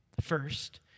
First